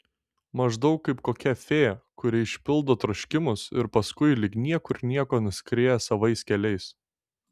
maždaug kaip kokia fėja kuri išpildo troškimus ir paskui lyg niekur nieko nuskrieja savais keliais